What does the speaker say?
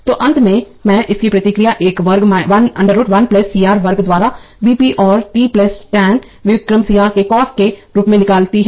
तो अंत में इसकी प्रतिक्रिया एक वर्ग √ 1 CR वर्ग द्वारा V p और t 5 tan व्युत्क्रम C R के cos के रूप में निकलती है